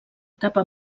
capa